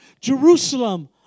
Jerusalem